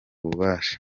bubasha